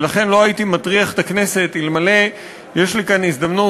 ולכן לא הייתי מטריח את הכנסת אלמלא יש לי כאן הזדמנות,